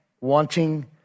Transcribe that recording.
wanting